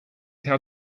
how